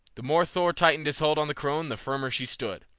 the more thor tightened his hold on the crone the firmer she stood.